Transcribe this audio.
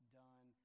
done